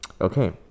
okay